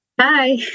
Hi